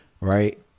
right